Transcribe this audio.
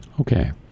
Okay